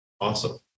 Awesome